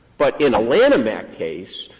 but in a lanham act case,